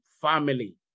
family